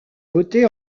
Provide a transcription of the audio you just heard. voté